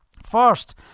First